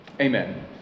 Amen